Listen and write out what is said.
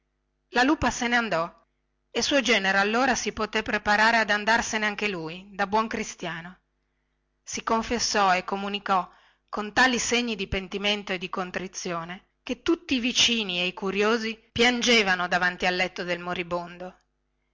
la lupa se ne andò e suo genero allora si potè preparare ad andarsene anche lui da buon cristiano si confessò e comunicò con tali segni di pentimento e di contrizione che tutti i vicini e i curiosi piangevano davanti al letto del moribondo